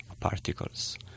particles